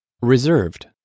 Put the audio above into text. reserved